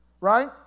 right